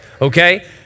okay